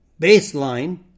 Baseline